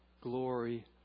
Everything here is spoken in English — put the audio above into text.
glory